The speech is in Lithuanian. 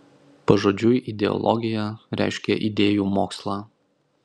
pažodžiui ideologija reiškia idėjų mokslą